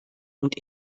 und